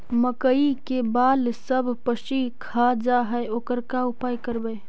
मकइ के बाल सब पशी खा जा है ओकर का उपाय करबै?